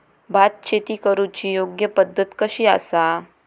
भात शेती करुची योग्य पद्धत कशी आसा?